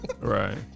Right